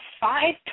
five